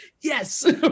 Yes